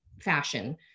fashion